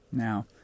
Now